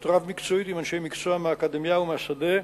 רב-מקצועית עם אנשי מקצוע מהאקדמיה ומהשדה,